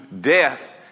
death